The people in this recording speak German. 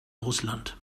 russland